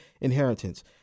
inheritance